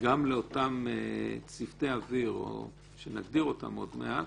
גם לאותם צוותי אוויר, שנגדיר אותם עוד מעט,